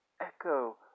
echo